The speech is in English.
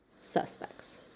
suspects